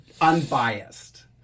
unbiased